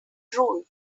drool